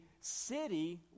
city